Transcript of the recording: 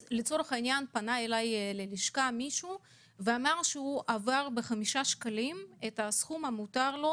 פנה אלי ללשכה מישהו ואמר שעבר בחמישה שקלים את הסכום המותר לו